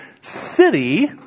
city